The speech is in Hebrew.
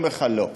אני אומר לך לא.